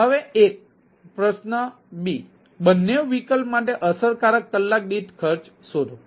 હવે એક પ્રશ્ન બી બંને વિકલ્પ માટે અસરકારક કલાક દીઠ ખર્ચ શોધો